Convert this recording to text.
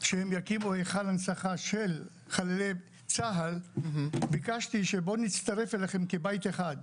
שהם יקימו היכל הנצחה של חללי צה"ל ביקשתי שבוא נצטרף אליכם כבית אחד.